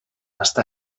està